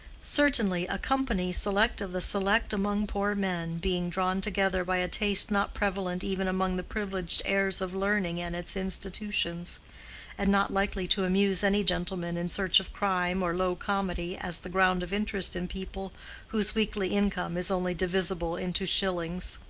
certainly a company select of the select among poor men, being drawn together by a taste not prevalent even among the privileged heirs of learning and its institutions and not likely to amuse any gentleman in search of crime or low comedy as the ground of interest in people whose weekly income is only divisible into shillings.